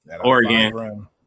Oregon